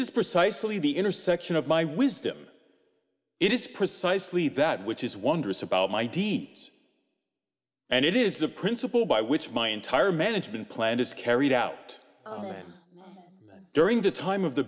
is precisely the intersection of my wisdom it is precisely that which is wondrous about my deeds and it is a principle by which my entire management plan is carried out during the time of the